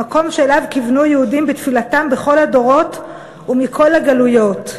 המקום שאליו כיוונו יהודים בתפילתם בכל הדורות ומכל הגלויות.